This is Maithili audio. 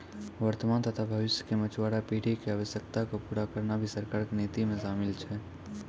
वर्तमान तथा भविष्य के मछुआरा पीढ़ी के आवश्यकता क पूरा करना भी सरकार के नीति मॅ शामिल छै